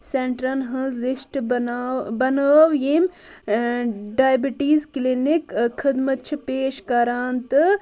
سیٚنٹَرَن ہنٛز لِسٹ بناو بَنٲو ییٚمۍ ٲں ڈایبِٹیٖز کِلنِک خِدمَت چھِ پیش کَران تہٕ